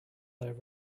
their